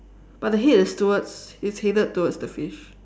but the head is towards it's headed towards the fish